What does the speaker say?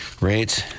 Rates